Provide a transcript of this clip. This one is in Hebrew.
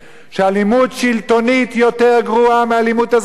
שאלימות שלטונית יותר גרועה מאלימות אזרחית.